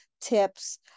tips